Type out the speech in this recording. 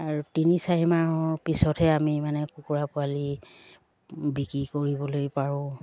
আৰু তিনি চাৰি মাহৰ পিছতহে আমি মানে কুকুৰা পোৱালি বিক্ৰী কৰিবলৈ পাৰোঁ